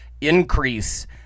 increase